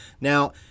Now